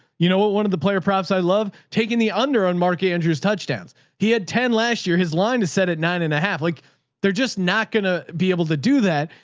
you know what? one of the player props, i love taking the under on market andrews touchdowns. he had ten last year, his line is set at nine and a half. like they're just not going to be able to do that.